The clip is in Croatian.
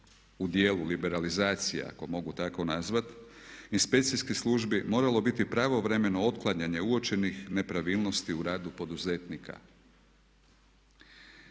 u dijelu liberalizacija ako mogu tako nazvati inspekcijskih službi moralo biti pravovremeno otklanjanje uočenih nepravilnosti u radu poduzetnika.